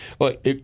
look